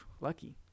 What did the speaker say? lucky